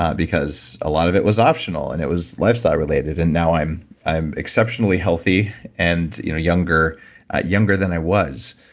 because a lot of it was optional and it was lifestyle related and now i'm i'm exceptionally healthy and you know younger younger than i was,